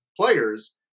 players